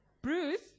Bruce